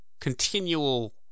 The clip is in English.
continual